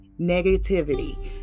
negativity